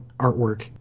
artwork